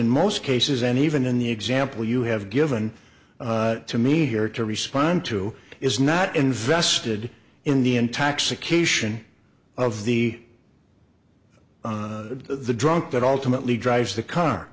in most cases and even in the example you have given to me here to respond to is not invested in the in tax occasion of the on the drunk that alternately drives the car